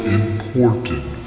important